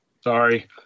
sorry